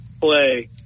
play